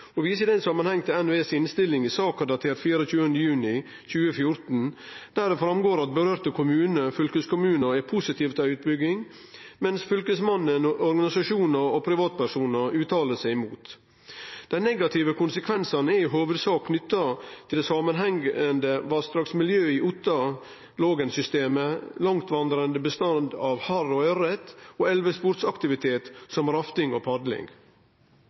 Komiteen viser i den samanheng til NVEs innstilling i saka, datert 24. juni 2014, der det går fram at dei kommunane det gjeld, og fylkeskommunen, er positive til ei utbygging, mens Fylkesmannen, organisasjonar og privatpersonar uttaler seg mot. Dei negative konsekvensane er i hovudsak knytte til det samanhengande vassdragsmiljøet i Otta/Lågen-systemet, langtvandrande bestandar av harr og aure og elvesportsaktivitetar som rafting og padling.